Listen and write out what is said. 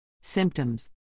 Symptoms